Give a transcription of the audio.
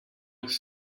his